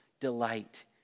delight